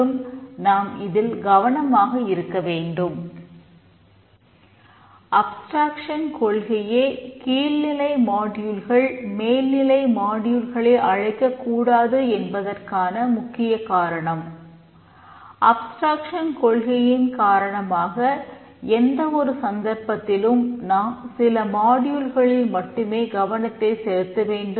மற்றும் நாம் இதில் கவனமாக இருக்க வேண்டும்